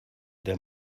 der